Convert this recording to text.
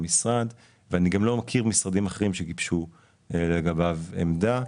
וגם אני לא מכיר משרדים אחרים שביקשו לגביו עמדה.